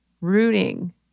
rooting